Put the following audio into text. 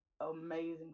amazing